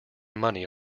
money